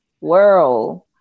world